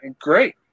Great